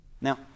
Now